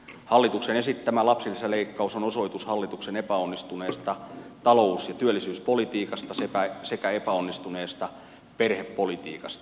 hallituksen esittämä lapsilisäleikkaus on osoitus hallituksen epäonnistuneesta talous ja työllisyyspolitiikasta sekä epäoikeudenmukaisesta perhepolitiikasta